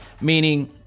Meaning